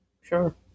Sure